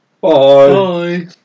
bye